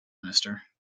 minister